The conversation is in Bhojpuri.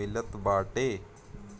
मिलत बाटे